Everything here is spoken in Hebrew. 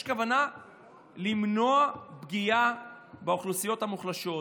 יש הכוונה למנוע פגיעה באוכלוסיות המוחלשות,